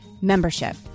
membership